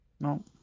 No